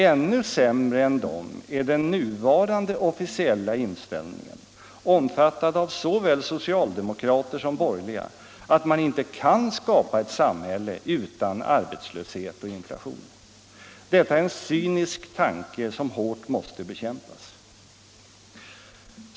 Ännu sämre är den nuvarande officiella inställning, omfattad av såväl socialdemokrater som borgerliga, att man inte kan skapa ett samhälle utan arbetslöshet och inflation. Detta är en cynisk tanke som hårt måste bekämpas.